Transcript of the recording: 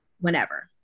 whenever